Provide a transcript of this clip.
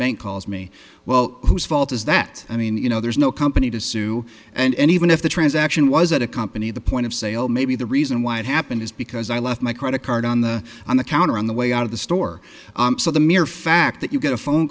bank calls me well whose fault is that i mean you know there's no company to sue and even if the transaction was at a company the point of sale maybe the reason why it happened is because i left my credit card on the on the counter on the way out of the store so the mere fact that you get a phone